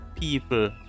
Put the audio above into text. people